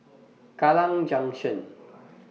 Kallang Junction